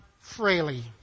freely